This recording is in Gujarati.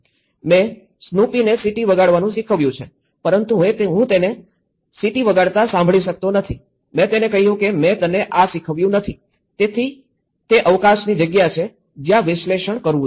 મેં સ્નૂપીને સીટી વગાડવાનું શીખવ્યું છે પરંતુ હું તેને સીટી વગાડતા સાંભળી શકતો નથી મેં તેને કહ્યું કે મેં તને આ શીખવ્યું નથી તેથી આ તે અવકાશની જગ્યા છે જ્યાં વિશ્લેષણ કરવું જોઈએ